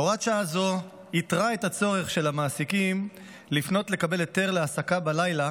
הוראת שעה זו ייתרה את הצורך של המעסיקים לפנות לקבל היתר להעסקה בלילה